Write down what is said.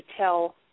tell